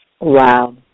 Wow